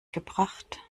gebracht